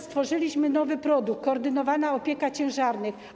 Stworzyliśmy nowy produkt: koordynowana opieka nad ciężarnymi.